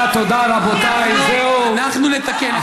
אנחנו נתקן,